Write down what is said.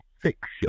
fiction